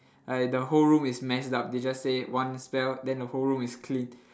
like the whole room is messed up they just say one spell then the whole room is clean